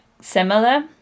similar